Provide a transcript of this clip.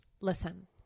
Listen